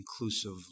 inclusive